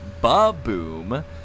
Ba-Boom